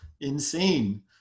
insane